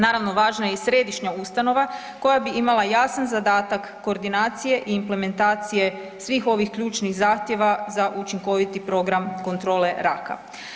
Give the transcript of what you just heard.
Naravno važna je i središnja ustanova koja bi imala jasan zadatak koordinacije i implementacije svih ovih ključnih zahtjeva za učinkoviti program kontrole raka.